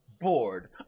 bored